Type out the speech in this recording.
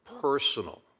Personal